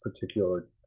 particular